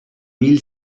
mille